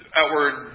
outward